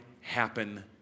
happen